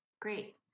Great